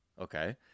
okay